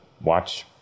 watch